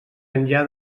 enllà